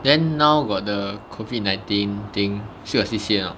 then now got the COVID nineteen thing still got C_C_A or not